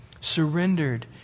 surrendered